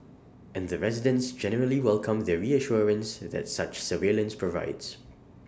and the residents generally welcome the reassurance that such surveillance provides